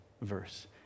verse